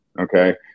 Okay